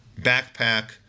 Backpack